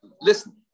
Listen